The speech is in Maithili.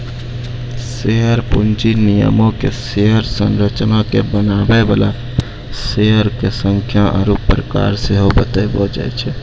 शेयर पूंजी निगमो के शेयर संरचना के बनाबै बाला शेयरो के संख्या आरु प्रकार सेहो बताबै छै